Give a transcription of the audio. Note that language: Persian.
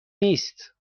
نیست